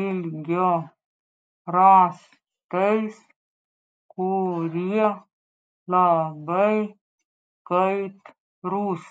ilgio rąstais kurie labai kaitrūs